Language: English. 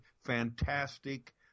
fantastic –